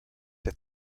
der